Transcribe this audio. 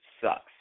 sucks